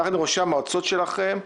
יחד עם ראשי המועצות שלכם,